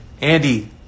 Andy